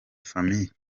famille